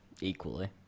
equally